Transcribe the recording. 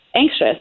anxious